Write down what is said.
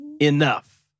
enough